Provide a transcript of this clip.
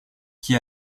qui